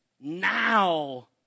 now